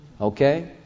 Okay